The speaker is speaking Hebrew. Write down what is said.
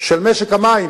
של משק המים